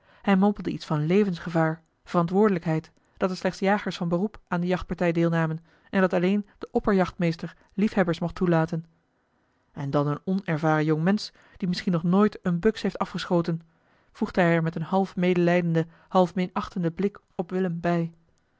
hij mompelde iets van levensgevaar verantwoordelijkheid dat er slechts jagers van beroep aan de jachtpartij deelnamen en dat alleen de opperjachtmeester liefhebbers mocht toelaten en dan een onervaren jongmensch die misschien nog nooit eene buks heeft afgeschoten voegde hij er met een half medelijdenden half minachtenden blik op willem bij